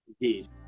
Indeed